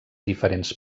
diferents